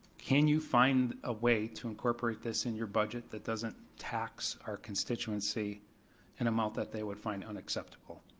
can you find a way to incorporate this in your budget that doesn't tax our constituency an amount that they would find unacceptable?